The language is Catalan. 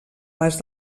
pas